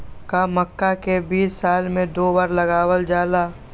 का मक्का के बीज साल में दो बार लगावल जला?